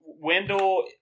Wendell